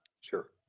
sure